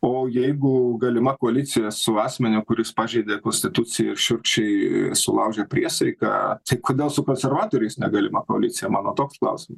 o jeigu galima koalicija su asmeniu kuris pažeidė konstituciją ir šiurkščiai sulaužė priesaiką tai kodėl su konservatoriais negalima koalicija mano toks klausimas